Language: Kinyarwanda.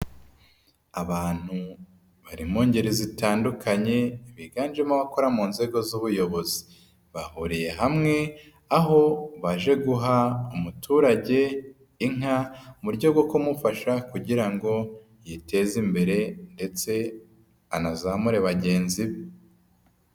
Abantu bari mu ngeri zitandukanye biganjemo abakora mu nzego z'ubuyobozi, bahuriye hamwe aho baje guha umuturage inka, mu buryo bwo kumufasha kugira ngo yiteze imbere ndetse anazamure bagenzi be.